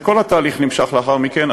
וכל התהליך נמשך לאחר מכן,